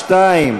(2),